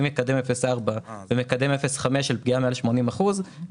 עם מקדם 0.4 ומקדם 0.5 של פגיעה מעל 80 אחוזים,